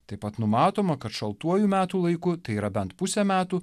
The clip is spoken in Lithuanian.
taip pat numatoma kad šaltuoju metų laiku tai yra bent pusę metų